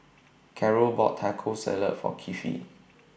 Carol bought Taco Salad For Kiefer